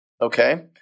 okay